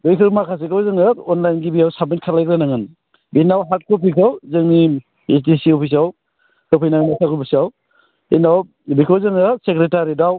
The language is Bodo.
बैखौ माखासेखौ जोङो अनलाइन गिबियाव साबमिट खालायग्रोनांगोन बेनाव हार्ड कफिखौ जोंनि बिटिसि अफिसआव होफैनांगोन सारकोल अफिसआव बेनि उनाव बेखौ जोङो सेक्रेटारियेटआव